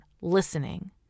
listening